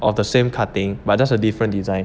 of the same cutting but just a different design